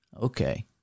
Okay